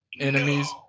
enemies